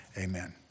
amen